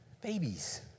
Babies